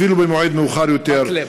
אפילו במועד מאוחר יותר.